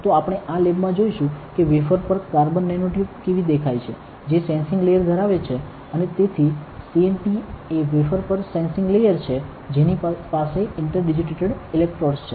તો આપણે આ લેબ માં જોઈશું કે વેફર પર કાર્બન નેનો ટ્યુબ કેવી દેખાય છે જે સેન્સિંગ લેયર ધરાવે છે અને તેથી CNT એ વેફર પર એક સેન્સિંગ લેયર છે જેની પાસે ઇન્ટર ડિજિટેટેડ ઇલેક્ટ્રોડ્સ છે